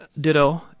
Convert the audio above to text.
ditto